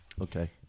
Okay